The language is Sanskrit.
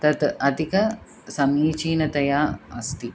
तत् अधिक समीचीनतया अस्ति